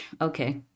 Okay